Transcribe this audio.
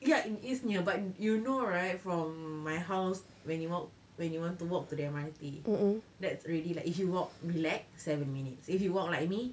ya it is near you know right from my house when you walk when you want to walk to the M_R_T that's really like if you walk relax seven minutes if you walk like me